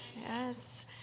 Yes